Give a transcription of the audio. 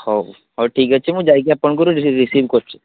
ହଉ ହଉ ଠିକ୍ ଅଛି ମୁଁ ଯାଇକି ଆପଣଙ୍କରୁ ରି ରିସିଭ୍ କରୁଛି